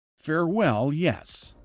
farewell, yes,